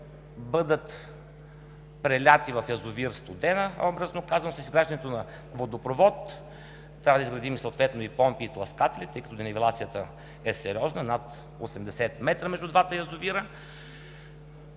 бъдат прелети в язовир „Студена“, образно казано, с изграждането на водопровод. Трябва да изградим съответно помпи и тласкатели, тъй като денивелацията е сериозна – над 80 м. между двата язовира.